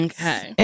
Okay